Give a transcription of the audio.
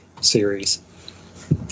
series